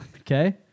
okay